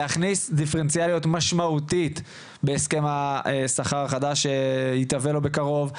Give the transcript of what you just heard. להכניס דיפרנציאליות משמעותית בהסכם השכר החדש שיתהווה לו בקרוב.